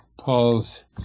Paul's